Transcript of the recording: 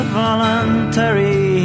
voluntary